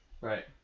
Right